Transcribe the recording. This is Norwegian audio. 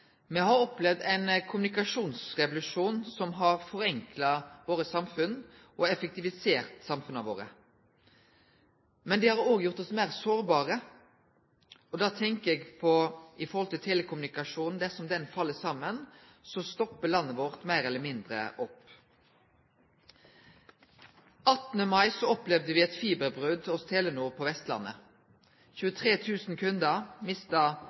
effektivisert samfunna våre. Men det har òg gjort oss meir sårbare, og da tenkjer eg på telekommunikasjon. Dersom han fell saman, stoppar landet vårt meir eller mindre opp. Den 18. mai opplevde me eit fiberbrot hos Telenor på Vestlandet. 23 000 kundar mista